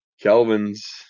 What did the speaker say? Kelvin's